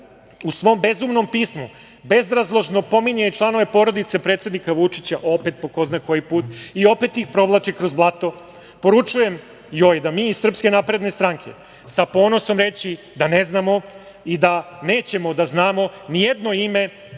u svom bezumnom pismu bezrazložno pominje članove porodice predsednika Vučića, opet, po ko zna koji put, i opet ih provlači kroz blato, poručujem joj da ćemo mi iz SNS sa ponosom reći da ne znamo i da nećemo da znamo nijedno ime